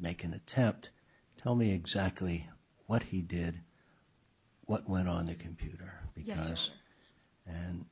make an attempt to tell me exactly what he did what went on the computer yes and